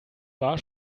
war